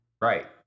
Right